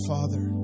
Father